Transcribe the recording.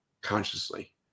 consciously